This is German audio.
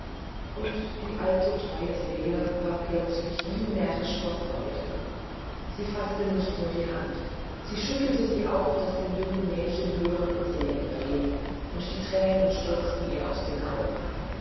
und die alte treue seele war plötzlich wie närrisch vor freude sie faßte nicht nur die hand sie schüttelte sie auch daß dem jungen mädchen hören und sehen verging und die thränen stürzten ihr aus den augen